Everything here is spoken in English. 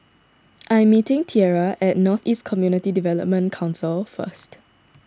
I am meeting Tierra at North East Community Development Council first